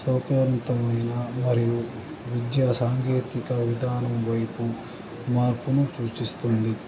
సౌకర్యవంతమైన మరియు విద్యా సాంకేతికత విధానం వైపు మార్పును సూచిస్తుంది